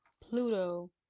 Pluto